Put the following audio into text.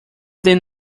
them